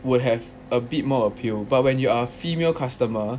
will have a bit more appeal but when you are a female customer